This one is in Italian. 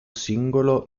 singolo